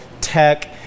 tech